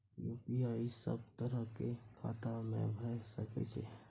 UPI सब तरह के खाता में भय सके छै?